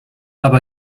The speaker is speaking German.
aber